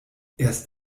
erst